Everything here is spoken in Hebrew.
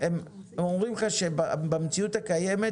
הם אומרים לך שבמציאות הקיימת